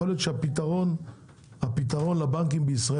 בעוד חודשיים: יכול להיות שהפתרון לבנקים בישראל,